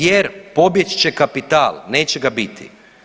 Jer pobjeći će kapital neće ga biti.